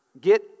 Get